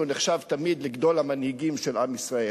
נחשב תמיד לגדול המנהיגים של עם ישראל.